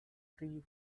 free